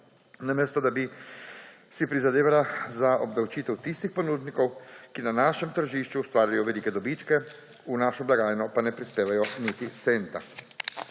namesto da bi si prizadevala za obdavčitev tistih ponudnikov, ki na našem tržišču ustvarjajo velike dobičke, v našo blagajno pa ne prispevajo niti centa.